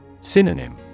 Synonym